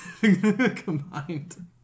Combined